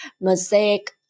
mosaic